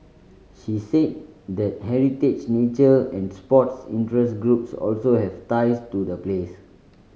she said that heritage nature and sports interest groups also have ties to the place